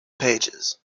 pages